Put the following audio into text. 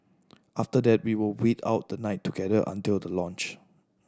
after that we will wait out the night together until the launch